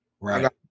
Right